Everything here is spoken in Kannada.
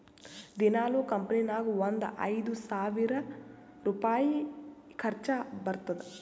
ದಿನಾಲೂ ಕಂಪನಿ ನಾಗ್ ಒಂದ್ ಐಯ್ದ ಸಾವಿರ್ ರುಪಾಯಿ ಖರ್ಚಾ ಬರ್ತುದ್